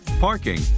parking